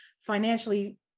financially